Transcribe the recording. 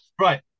Right